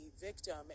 victim